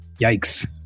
Yikes